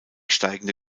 steigende